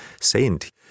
saint